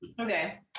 okay